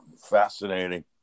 fascinating